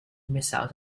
missiles